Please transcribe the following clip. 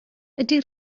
ydy